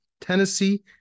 Tennessee